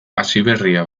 hasiberria